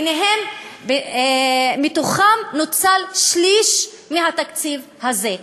מהם נוצל שליש, מהתקציב הזה.